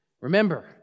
Remember